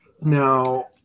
Now